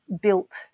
built